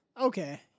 Okay